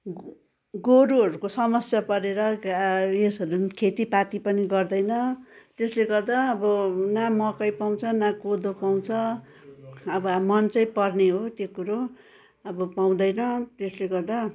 go गोरुहरूको समस्या परेर उयेसहरू खेतीपाती पनि गर्दैन त्यसले गर्दा अब न मकै पाउँछ न कोदो पाउँछ अब मन चाहिँ पर्ने हो त्यो कुरो अब पाउँदैन त्यसले गर्दा